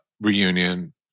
Reunion